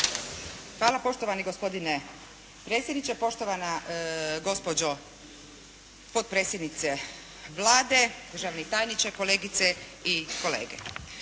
Hvala poštovani predsjedniče. Poštovana gospođo potpredsjednice Vlade, državni tajniče, kolegice i kolege.